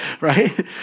right